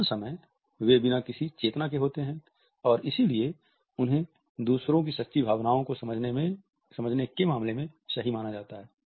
अधिकांश समय वे बिना किसी चेतना के होते हैं और इसलिए उन्हें दूसरों की सच्ची भावनाओं को समझने के मामले में सही माना जाता है